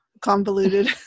convoluted